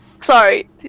Sorry